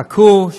חכו.